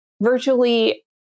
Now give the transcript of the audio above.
virtually